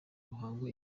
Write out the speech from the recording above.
ruhango